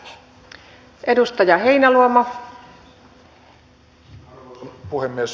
arvoisa puhemies